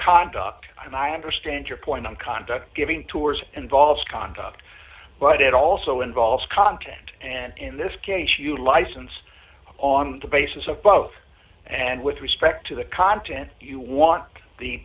conduct and i understand your point of contact giving tours involves contact but it also evolves contest in this case you license on the basis of both and with respect to the content you want the